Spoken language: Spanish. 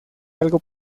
algo